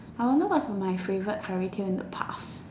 I wonder what was my favourite fairy tale in the past